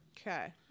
Okay